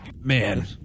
Man